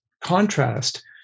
contrast